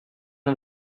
one